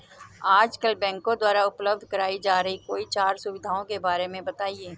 आजकल बैंकों द्वारा उपलब्ध कराई जा रही कोई चार सुविधाओं के बारे में बताइए?